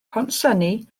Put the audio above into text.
pontsenni